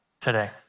today